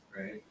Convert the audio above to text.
right